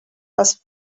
was